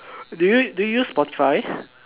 do you do you use spotify